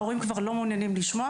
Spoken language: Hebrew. ההורים כבר לא מעוניינים לשמוע.